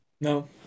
No